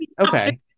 okay